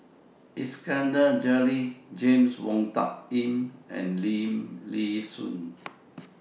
Iskandar Jalil James Wong Tuck Yim and Lim Nee Soon